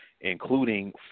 including